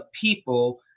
people